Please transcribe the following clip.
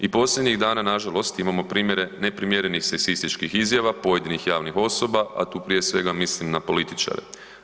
I posljednjih dana nažalost imamo primjere neprimjerenih seksističkih izjava pojedinih javnih osoba, a tu prije svega mislim na političare.